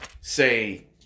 say